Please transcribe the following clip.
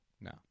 No